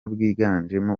bwiganjemo